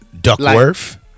Duckworth